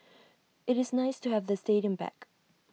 IT is nice to have the stadium back